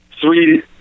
three